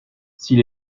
s’il